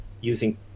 using